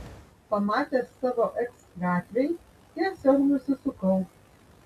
pamatęs savo eks gatvėj tiesiog nusisukau